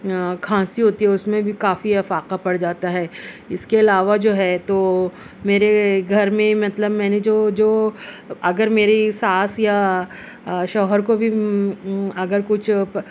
کھانسی ہوتی ہے اس میں بھی کافی افاقہ پڑ جاتا ہے اس کے علاوہ جو ہے تو میرے گھر میں مطلب میں نے جو جو اگر میری ساس یا شوہر کو بھی اگر کچھ